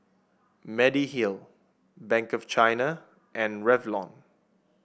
Mediheal Bank of China and Revlon